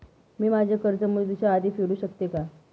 मी माझे कर्ज मुदतीच्या आधी फेडू शकते का?